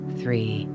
three